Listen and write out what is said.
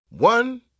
One